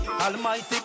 Almighty